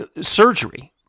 surgery